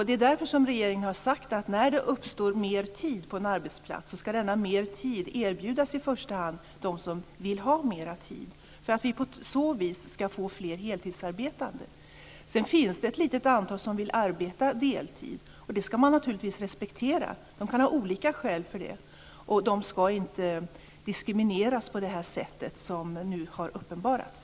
Det är därför som regeringen har sagt att när det uppstår mer tid på en arbetsplats ska denna i första hand erbjudas dem som vill ha mer tid för att vi på så vis ska få fler heltidsarbetande. Sedan finns det ett litet antal som vill arbeta deltid, och det ska man naturligtvis respektera. De kan ha olika skäl för det. De ska inte diskrimineras på det sätt som nu har uppenbarats.